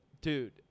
Dude